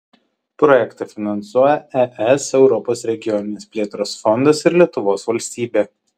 projektą finansuoja es europos regioninės plėtros fondas ir lietuvos valstybė